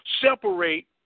separate